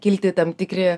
kilti tam tikri